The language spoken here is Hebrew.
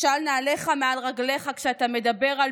של נעליך מעל רגליך כשאתה מדבר על